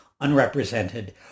unrepresented